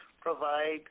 provide